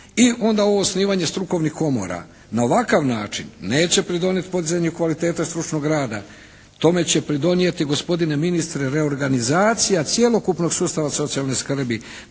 i onda ovo osnivanje strukovnih komora na ovakav način neće pridonijeti podizanju kvalitete stručnog rada. Tome će pridonijeti gospodine ministre reorganizacija cjelokupnog sustava socijalne skrbi,